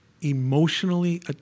emotionally